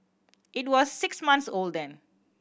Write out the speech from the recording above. it was six months old then